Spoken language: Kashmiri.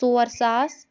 ژور ساس